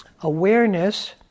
Awareness